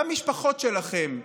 במשפחות שלכם,